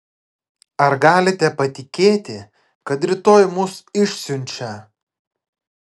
ar galite patikėti kad rytoj mus išsiunčia